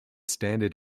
standard